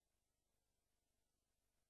זה.